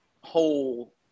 whole